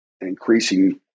increasing